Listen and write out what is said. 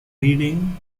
reading